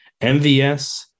MVS